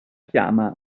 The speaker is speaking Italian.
chiama